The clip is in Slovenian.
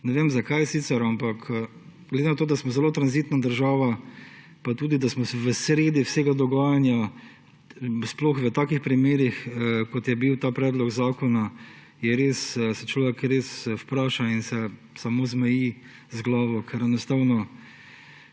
Ne vem zakaj sicer, ampak glede na to, da smo zelo tranzitna država pa tudi da smo v sredi vsega dogajanja, sploh v takih primerih, kot je bil ta predlog zakona, se človek res vpraša in samo zmaja z glavo, ker enostavno;